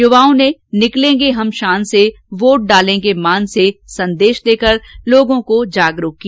युवाओं ने निकलेंगे हम शान से वोट डालेंगे मान से संदेश से लोगों को जागरूक किया